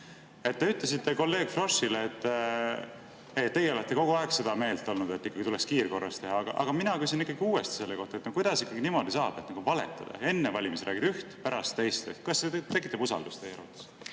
Te ütlesite kolleeg Froschile, et teie olete kogu aeg seda meelt olnud, et tuleks kiirkorras teha. Aga mina küsin uuesti selle kohta, kuidas ikkagi niimoodi saab valetada, et enne valimisi räägin üht, pärast teist. Kas see tekitab usaldust teie